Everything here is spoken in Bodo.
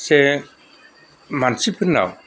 जे मानसिफोरनाव